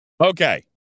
Okay